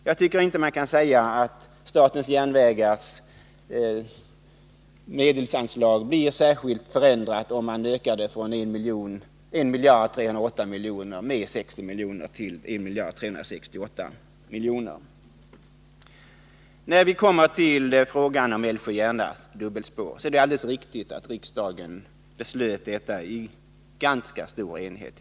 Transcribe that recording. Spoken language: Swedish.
Jag tycker inte att statens järnvägars medelsanslag på 1 308 milj.kr. skulle kunna sägas bli nämnvärt förbättrat genom en ökning med 60 miljoner till 1368 milj.kr. Vad gäller frågan om dubbelspåret mellan Älvsjö och Järna är det alldeles riktigt att riksdagen i fjol fattade beslut om ett sådant med ganska stor enighet.